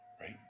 Right